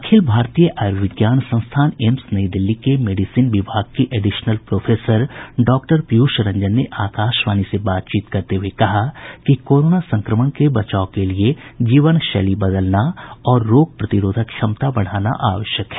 अखिल भारतीय आयूर्विज्ञान संस्थान एम्स नई दिल्ली के मेडिसिन विभाग के additional professor doctor Piyush Ranjan ने आकाशवाणी से बातचीत करते हुए कहा कि कोरोना संक्रमण से बचाव के लिये जीवनशैली बदलना और रोग प्रतिरोधक क्षमता बढ़ाना आवश्यक है